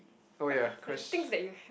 but but the things that you